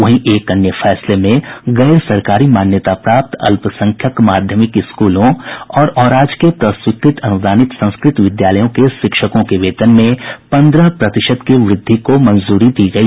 वहीं एक अन्य फैसले में गैर सरकारी मान्यता प्राप्त अल्पसंख्यक माध्यमिक स्कूलों और अराजकीय प्रस्वीकृत अनुदानित संस्कृत विद्यालयों के शिक्षकों के वेतन में पंद्रह प्रतिशत की वृद्धि को मंजूरी दी गई